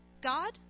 God